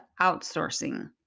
outsourcing